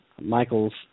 Michael's